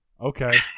Okay